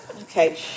Okay